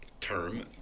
term